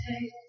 take